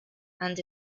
and